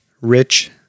Rich